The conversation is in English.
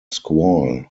squall